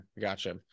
gotcha